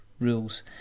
rules